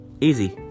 Easy